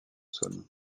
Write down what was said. saône